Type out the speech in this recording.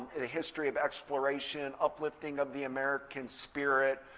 the history of exploration, uplifting of the american spirit,